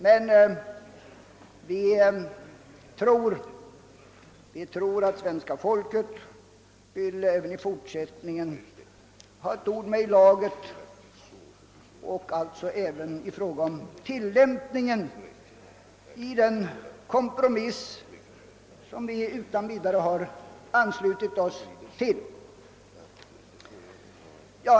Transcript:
Men vi tror att svenska folket även i fortsättningen vill ha ett ord med i laget i fråga om tillämpningen av den kompromiss som vi har anslutit oss till.